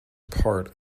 part